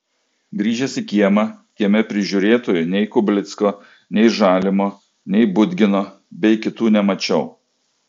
grįžęs į kiemą kieme prižiūrėtojų nei kublicko nei žalimo nei budgino bei kitų nemačiau